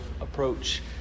approach